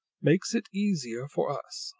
makes it easier for us.